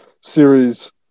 series